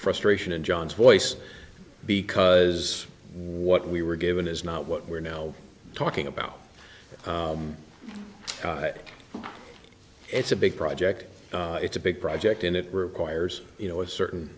frustration in john's voice because what we were given is not what we're now talking about it's a big project it's a big project and it requires you know a certain